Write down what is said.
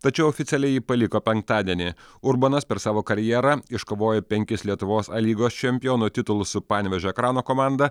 tačiau oficialiai jį paliko penktadienį urbonas per savo karjerą iškovojo penkis lietuvos a lygos čempiono titulus su panevėžio ekrano komanda